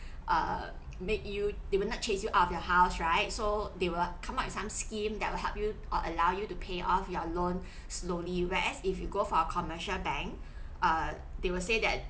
err make you they will not chase you out of your house right so they will come up with some scheme that will help you or allow you to pay off your loan slowly whereas if you go for a commercial bank err they will say that